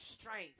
strength